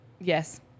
Yes